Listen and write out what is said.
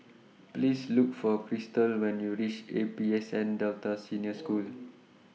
Please Look For Christel when YOU REACH A P S N Delta Senior School